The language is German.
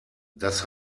das